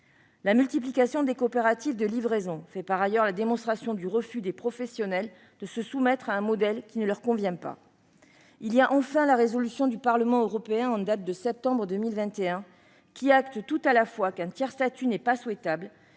La multiplication des coopératives de livraison fait par ailleurs la démonstration du refus des professionnels de se soumettre à un modèle qui ne leur convient pas. Il y a enfin la résolution du Parlement européen, en date de septembre 2021, qui acte tout à la fois qu'un tiers-statut n'est pas souhaitable,